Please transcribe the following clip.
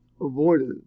avoided